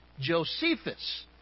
Josephus